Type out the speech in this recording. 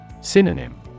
Synonym